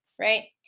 right